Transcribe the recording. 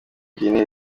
guinee